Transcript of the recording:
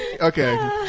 Okay